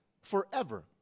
forever